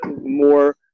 more